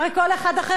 הרי כל אחד אחר,